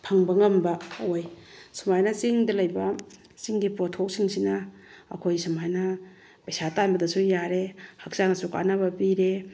ꯐꯪꯕ ꯉꯝꯕ ꯑꯣꯏ ꯁꯨꯃꯥꯏꯅ ꯆꯤꯡꯗ ꯂꯩꯕ ꯆꯤꯡꯒꯤ ꯄꯣꯠꯊꯣꯛꯁꯤꯡꯁꯤꯅ ꯑꯩꯈꯣꯏ ꯁꯨꯃꯥꯏꯅ ꯄꯩꯁꯥ ꯇꯥꯟꯕꯗꯁꯨ ꯌꯥꯔꯦ ꯍꯛꯆꯥꯡꯁꯨ ꯀꯥꯟꯅꯕ ꯄꯤꯔꯦ